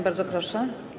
Bardzo proszę.